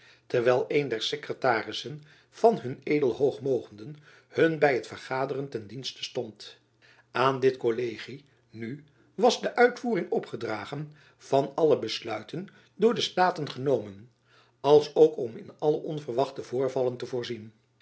terwijl een der sekretarissen jacob van lennep elizabeth musch van hun edel groot mogenden hun by t vergaderen ten dienste stond aan dit kollegie nu was de uitvoering opgedragen van alle besluiten door de staten genomen als ook om in alle onverwachte voorvallen te voorzien